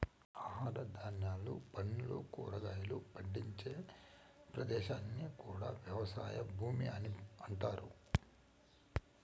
ఆహార ధాన్యాలు, పండ్లు, కూరగాయలు పండించే ప్రదేశాన్ని కూడా వ్యవసాయ భూమి అని అంటారు